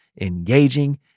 engaging